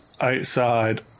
outside